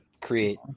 create